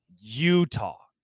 Utah